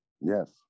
Yes